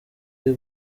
iri